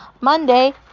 Monday